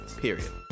period